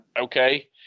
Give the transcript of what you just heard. Okay